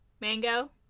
Mango